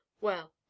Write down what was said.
Well